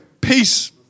Peace